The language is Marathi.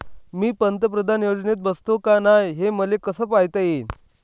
मी पंतप्रधान योजनेत बसतो का नाय, हे मले कस पायता येईन?